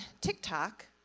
TikTok